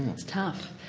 it's tough.